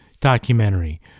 documentary